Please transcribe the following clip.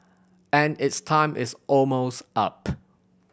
and its time is almost up